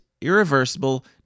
irreversible